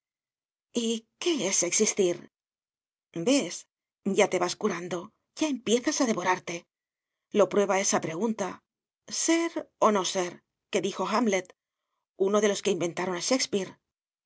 es existir ves ya te vas curando ya empiezas a devorarte lo prueba esa pregunta ser o no ser que dijo hamlet uno de los que inventaron a shakespeare